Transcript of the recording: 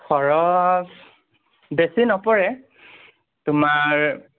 খৰচ বেছি নপৰে তোমাৰ